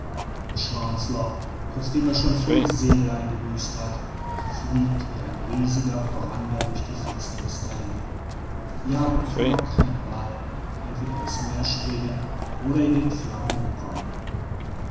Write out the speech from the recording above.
der chancellor trotzdem er schon viel segel eingebüßt hat fliegt wie ein riesiger brander durch die finsterniß dahin wir haben offenbar keine wahl entweder in's meer springen oder in den flammen umkommen